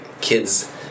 kids